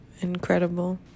incredible